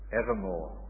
evermore